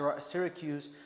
Syracuse